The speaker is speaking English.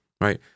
right